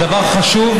זה דבר חשוב.